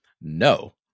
no